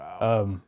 Wow